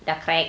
dah crack